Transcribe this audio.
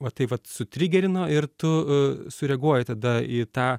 va tai vat sutrigerino ir tu sureaguoji tada į tą